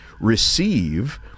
receive